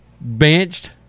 benched